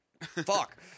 Fuck